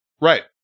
Right